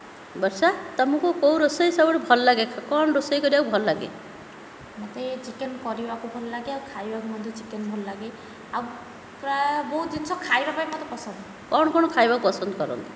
ବର୍ଷା ତୁମକୁ କେଉଁ ରୋଷେଇ ସବୁଠୁ ଭଲଲାଗେ କ'ଣ ରୋଷେଇ କରିବାକୁ ଭଲଲାଗେ ମୋତେ ଚିକେନ୍ କରିବାକୁ ଭଲଲାଗେ ଆଉ ଖାଇବାକୁ ମଧ୍ୟ ଚିକେନ୍ ଭଲଲାଗେ ଆଉ ପ୍ରାୟ ବହୁତ ଜିନିଷ ଖାଇବା ପାଇଁ ମୋତେ ପସନ୍ଦ କ'ଣ କ'ଣ ଖାଇବା ପସନ୍ଦ କରନ୍ତି